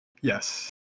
Yes